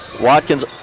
Watkins